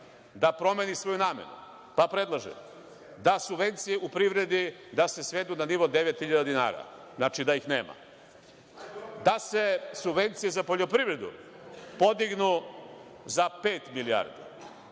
da promeni svoju namenu. Pa predlažem da subvencije u privredi da se svedu na nivou 9.000 dinara, znači, da ih nema. Da se subvencije za poljoprivredu podignu za pet milijardi